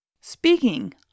Speaking